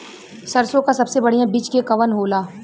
सरसों क सबसे बढ़िया बिज के कवन होला?